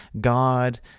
God